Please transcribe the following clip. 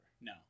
No